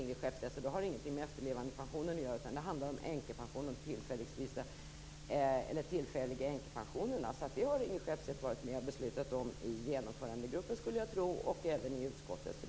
Detta har alltså ingenting med efterlevandepensionen att göra, utan det handlar om de tillfälliga änkepensionerna. Det har Ingrid Skeppstedt varit med och beslutat om i genomförandegruppen skulle jag tro, och även i utskottet.